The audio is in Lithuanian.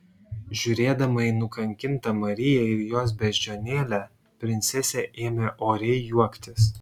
žiūrėdama į nukankintą mariją ir jos beždžionėlę princesė ėmė oriai juoktis